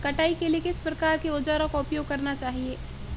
कटाई के लिए किस प्रकार के औज़ारों का उपयोग करना चाहिए?